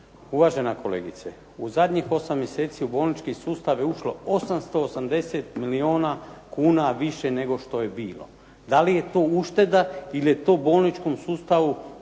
Uvažena kolegice, u zadnjih osam mjeseci u bolnički sustav je ušlo 880 milijuna kuna više nego što je bilo. Da li je to ušteda ili je to bolničkom sustavu dato